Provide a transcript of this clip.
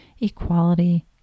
equality